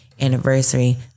anniversary